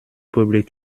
public